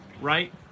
Right